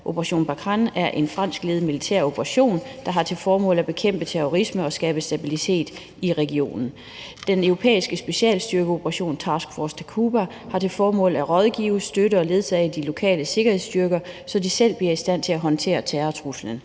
Operation Barkhane er en fransk ledet militæroperation, der har til formål at bekæmpe terrorisme og skabe stabilitet i regionen. Den europæiske specialstyrkeoperation, Task Force Takuba, har til formål at rådgive, støtte og ledsage de lokale sikkerhedsstyrker, så de selv bliver i stand til at håndtere terrortruslen.